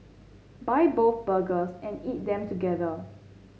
buy both burgers and eat them together